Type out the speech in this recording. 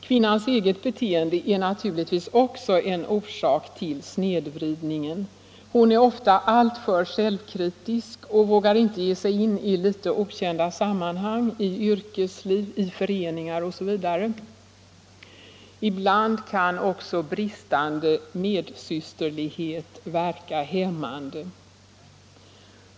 Kvinnans eget beteendet är naturligtvis också en orsak till snedvridningen. Hon är ofta alltför självkritisk och vågar inte ge sig in i litet okända sammanhang, i yrkesliv, föreningar osv. Ibland kan bristande medsysterlighet verka hämmande.